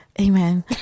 Amen